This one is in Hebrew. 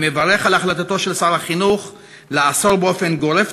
אני מברך על החלטתו של שר החינוך לאסור באופן גורף